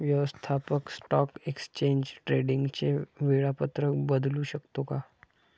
व्यवस्थापक stock exchange ट्रेडिंगचे वेळापत्रक बदलू शकतो का?